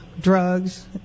drugs